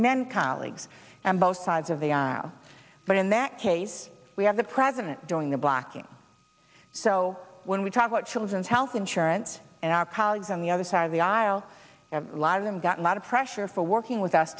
commend colleagues and both sides of the aisle but in that case we have the president doing the blocking so when we talk about children's health insurance and our colleagues on the other side of the aisle a lot of them got a lot of pressure for working with us